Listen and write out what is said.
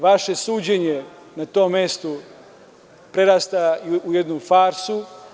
Vaše suđenje na tom mestu prerasta u jednu farsu.